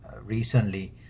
recently